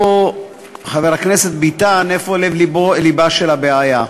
חבר הכנסת ביטן, איפה לב-לבה של הבעיה.